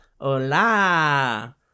Hola